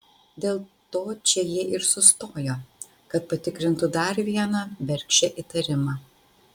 dėl to čia jie ir sustojo kad patikrintų dar vieną bergždžią įtarimą